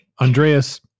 Andreas